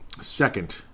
Second